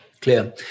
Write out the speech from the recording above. Clear